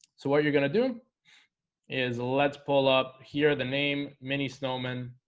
so what you're gonna do is let's pull up here the name mini snowmen